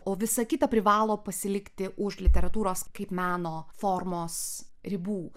o visa kita privalo pasilikti už literatūros kaip meno formos ribų